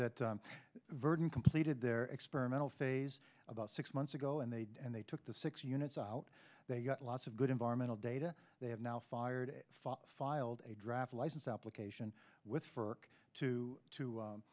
that verdant completed their experimental phase about six months ago and they and they took the six units out they got lots of good environmental data they have now fired filed a draft license application with for two to